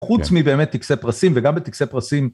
חוץ מבאמת טקסי פרסים וגם בטקסי פרסים.